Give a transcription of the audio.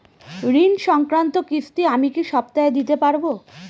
ঋণ সংক্রান্ত কিস্তি আমি কি সপ্তাহে দিতে পারবো?